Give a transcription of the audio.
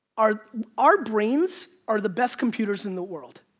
our our brains are the best computers in the world,